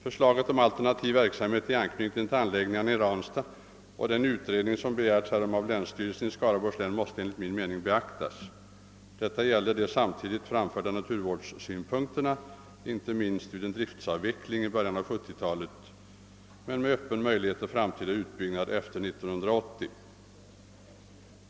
Förslaget om en alternativ verksamhet i anknytning till anläggningarna i Ranstad samt den utredning härom som begärts av länsstyrelsen i Skaraborgs län måste enligt min mening beaktas. Detta gäller också de samtidigt framförda naturvårdssynpunkterna, inte minst vid en eventuell driftsavveckling i början av 1970-talet med öppen möjlighet till framtida utbyggnad efter 1980.